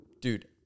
Dude